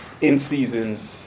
in-season